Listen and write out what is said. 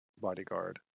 bodyguard